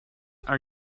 are